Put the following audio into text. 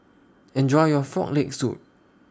Enjoy your Frog Leg Soup